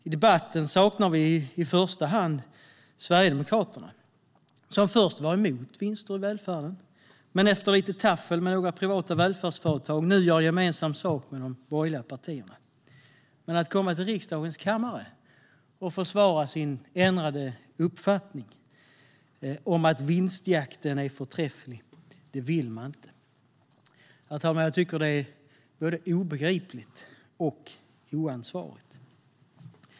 I debatten saknar vi i första hand Sverigedemokraterna, som först var emot vinster i välfärden men efter taffel med några av de privata välfärdsföretagen nu gör gemensam sak med de borgerliga partierna. Men att komma till riksdagens kammare och försvara sin ändrade uppfattning, att vinstjakten är förträfflig, vill man inte. Jag tycker att det är både obegripligt och oansvarigt.